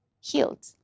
healed